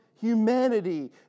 humanity